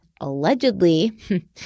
allegedly